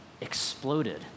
exploded